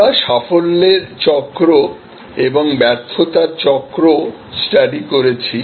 আমরা সাফল্যের চক্র এবং ব্যর্থতার চক্র স্টাডি করেছি